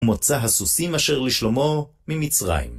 מוצא הסוסים אשר לשלמה ממצרים.